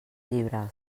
llibre